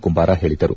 ಕುಂಬಾರ ಹೇಳದರು